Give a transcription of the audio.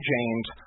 James